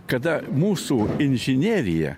kada mūsų inžinerija